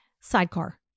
Sidecar